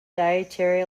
dietary